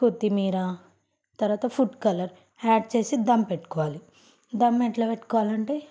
కొత్తిమీర తర్వాత food colour add చేసి ధమ్ పెట్టుకోవాలి ధమ్ ఎట్లా పెట్టుకోవాలంటే